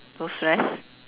no stress